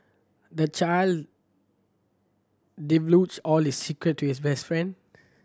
the child all his secret to his best friend